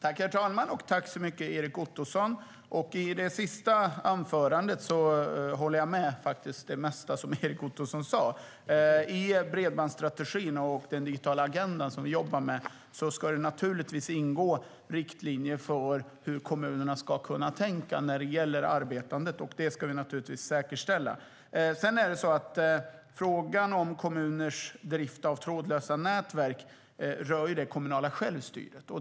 Herr talman! Jag tackar åter Erik Ottoson. Jag håller med om det mesta som Erik Ottoson sa i sitt sista anförande. I bredbandsstrategin och den digitala agendan, som vi jobbar med, ska det givetvis ingå riktlinjer för hur kommunerna ska tänka när det gäller arbetet. Det ska vi givetvis säkerställa. Frågan om kommuners drift av trådlösa nätverk rör det kommunala självstyret.